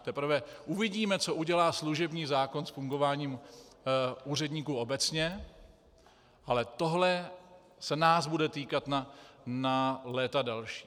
Teprve uvidíme, co udělá služební zákon s fungováním úředníků obecně, ale tohle se nás bude týkat na léta další.